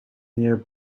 near